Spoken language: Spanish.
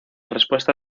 respuesta